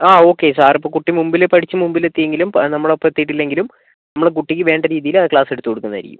ആ okay sir ഇപ്പോൾ കുട്ടി മുമ്പിൽ പഠിച്ചു മുമ്പിലെത്തിയെങ്കിലും നമ്മടൊപ്പം എത്തിയിട്ടില്ലെങ്കിലും നമ്മൾ കുട്ടിക്ക് വേണ്ടരീതിയിൽ ക്ലാസ്സെടുത്തു കൊടുക്കുന്നതായിരിക്കും